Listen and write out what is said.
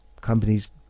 Companies